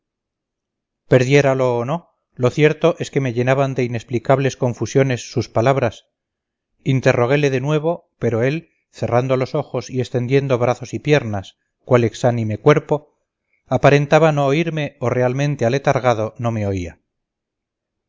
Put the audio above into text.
perdiéralo o no lo cierto es que me llenaban de inexplicables confusiones sus palabras interroguele de nuevo pero él cerrando los ojos y extendiendo brazos y piernas cual exánime cuerpo aparentaba no oírme o realmente aletargado no me oía